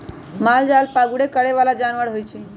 मालजाल पागुर करे बला जानवर होइ छइ